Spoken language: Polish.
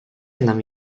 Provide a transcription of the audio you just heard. znam